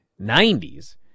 90s